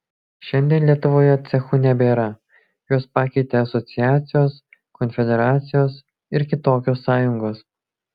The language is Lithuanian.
šiandien lietuvoje cechų nebėra juos pakeitė asociacijos konfederacijos ir kitokios sąjungos